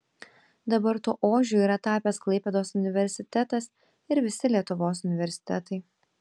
dabar tuo ožiu yra tapęs klaipėdos universitetas ir visi lietuvos universitetai